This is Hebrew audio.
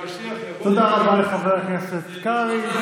והמשיח יבוא, תודה רבה לחבר הכנסת קרעי.